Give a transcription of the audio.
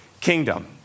kingdom